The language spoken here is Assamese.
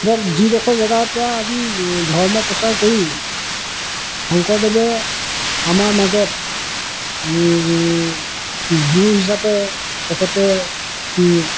ধৰক যিডখৰ জেগাৰ পৰা আজি ধৰ্ম প্ৰচাৰ কৰি শংকৰদেৱে আমাৰ মাজত গুৰু হিচাপে তেখেতে